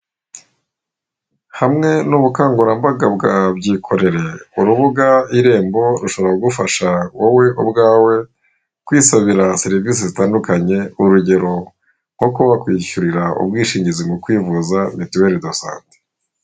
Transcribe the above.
Hamwe n'ubukangurambaga bwa byikorere, urubuga irembo rushobora kugufasha wowe ubwawe kwisabira serivisi zitandukanye, urugero nko kuba bakwiyishyurira ubwishingizi mu kwivuza mutuweri dosante.